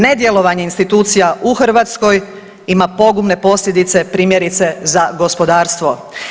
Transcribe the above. Nedjelovanje institucija u Hrvatskoj ima pogubne posljedice primjerice za gospodarstvo.